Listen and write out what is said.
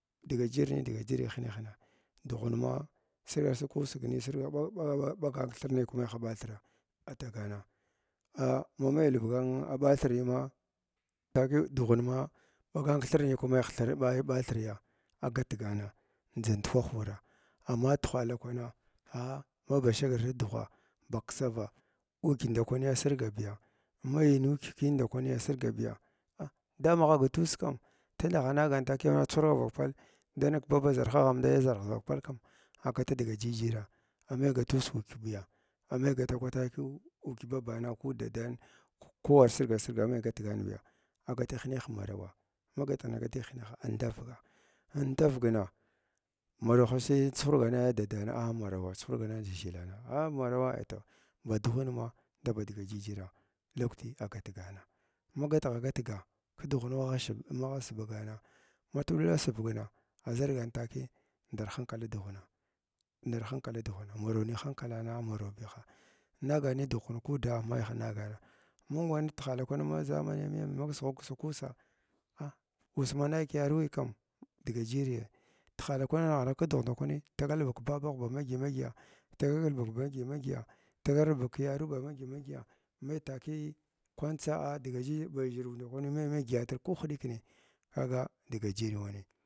Dga jirni dga jirri ha hunehina dughun ma sirga sirg kussigni sirgabi ɓa ɓa ɓagn kthirni ko maiha ba thirs atagna a mamai albuga uhm bathirna takiya dughn ma ɓagan thirni mai thir mai ba thirya a gatgana ndʒa ndukwah wuraa amma tihala kwana a ma ba shagr ndghwa ba ksavag ukyə ndakwani asirga bayi mayi nukyə kinadakwani asirga biya a damagh baɗ tes kam tima aghnagn takiya mai chuhurga vak pal danig ki baba zarhag anda yaha ʒarh vakpalkam a gata dga jijiva ammai gatus ukyə biya ammai gata kwataki ikya babana k dadan ko kwagh sirga sirga agh mai gatganbiya agata hineh marawa ma gatghina gat ki hineha andavga mugh ndavgnan maraw ni chuhurgan va dadana a marawaa chuhurganaa dʒhikna a marawa toh ba dughun ma daba dga jijira lakwti agatgana ma gutgha gutga kdghun ashib magh shɓgana ma fu ɗulla sapgan ashargan takiya ndar hankala dughnaa ndar hankala dughna marawni hankalana marawbiha nagani ni gughun kuuda maiha nagana ma ba tiheta kwana ma zamaniyams ma ba kskghu ksg kussa ah uss ma nayi kiyavuwi kam dga jiriyai tihala kwan ma nungha nung kdugh ndakwani dagal vak babagh ba ma dyə ma dyəga tagak albug ma dyə ma dyəya tagal albug kyaruwa bama dyə ma dyəya mai takiya kwantsa a dga jij baʒhuru nda kwani mai ma dyəya tr ko hiɗikani kaga dga jiri wanii.